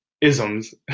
isms